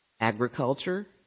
Agriculture